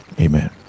amen